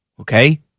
okay